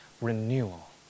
renewal